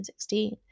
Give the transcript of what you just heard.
2016